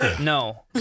No